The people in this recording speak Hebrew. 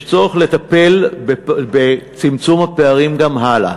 יש צורך לטפל בצמצום הפערים גם הלאה,